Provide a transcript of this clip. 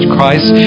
Christ